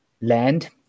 land